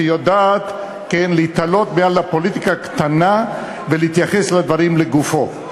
שהיא יודעת להתעלות מעל הפוליטיקה הקטנה ולהתייחס לדברים לגופם.